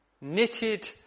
knitted